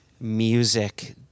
music